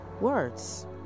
Words